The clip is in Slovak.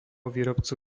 výrobcu